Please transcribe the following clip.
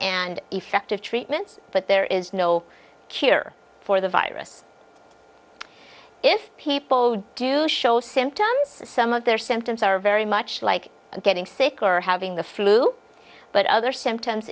and effective treatments but there is no cure for the virus if people do show symptoms some of their symptoms are very much like getting sick or having the flu but other symptoms